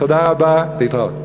תודה רבה, להתראות.